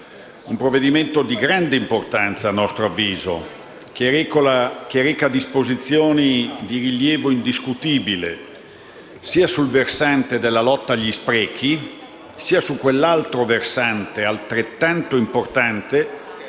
un provvedimento di grande importanza a nostro avviso, che reca disposizioni di rilievo indiscutibile, sia sul versante della lotta agli sprechi, sia sull'altro versante, altrettanto importante,